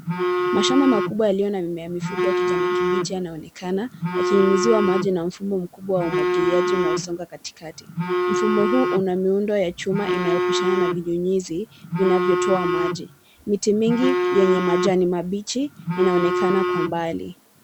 Mashamba makubwa yaliyo na mimea mifupi ya kijani kibichi yanaonekana yakinyunyiziwa maji na mfumo mkubwa wa umwagiliaji unaosonga katikati. Mfumo huu una miundo ya chuma inayopishana na vinyunyizi vinavyotoa maji. Miti mengi yenye majani mabichi inaonekana kwa mbali.